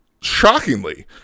shockingly